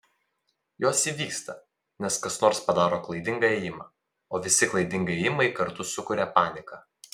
jos įvyksta nes kas nors padaro klaidingą ėjimą o visi klaidingi ėjimai kartu sukuria paniką